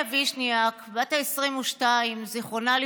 שניים, מישהו שנותן שוחד ומישהו